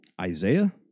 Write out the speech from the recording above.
Isaiah